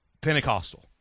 Pentecostal